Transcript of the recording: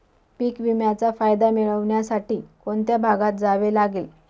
पीक विम्याचा फायदा मिळविण्यासाठी कोणत्या विभागात जावे लागते?